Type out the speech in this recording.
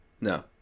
No